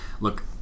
look